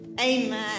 Amen